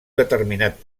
determinat